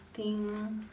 think